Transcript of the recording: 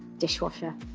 dishwasher,